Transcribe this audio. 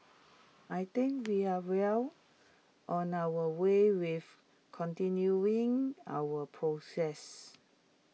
I think we are well on our way with continuing our progress